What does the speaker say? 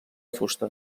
fusta